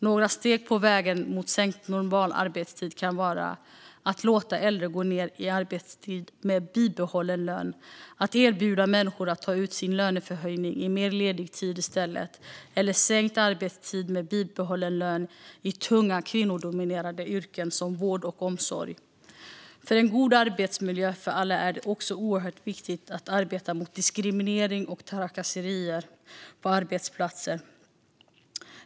Några steg på vägen mot sänkt normalarbetstid kan vara att låta äldre gå ned i arbetstid med bibehållen lön, att erbjuda människor att ta ut sin löneförhöjning i mer ledig tid i stället eller att det blir sänkt arbetstid med bibehållen lön i tunga kvinnodominerade yrken i vård och omsorg. För att det ska vara en god arbetsmiljö för alla är det också oerhört viktigt att arbeta mot diskriminering och trakasserier på arbetsplatser.